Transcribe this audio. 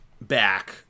back